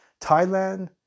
Thailand